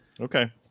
okay